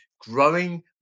growing